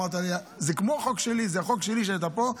אמרת לי: זה כמו חוק שלי, זה החוק שלי כשאתה פה.